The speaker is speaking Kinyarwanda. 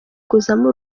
kuzamo